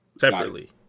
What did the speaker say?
separately